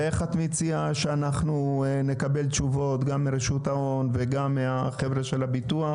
ואיך את מציעה שאנחנו נקבל תשובות גם מרשות ההון וגם מהחבר'ה של הביטוח?